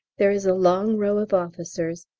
there is a long row of officers,